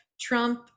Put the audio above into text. Trump